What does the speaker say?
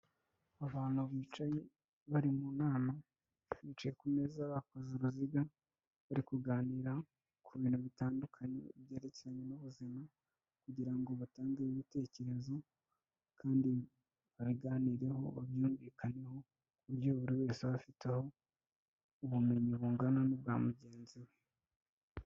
Abantu bicaye bari mu nama, bicaye ku meza bakoze uruziga, bari kuganira ku bintu bitandukanye byerekeranye n'ubuzima kugira ngo batange ibitekerezo, kandi babiganireho babyumvikaneho, kuburyo buri wese aba afiteho ubumenyi bungana n'ubwa mugenzi we.